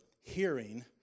hearing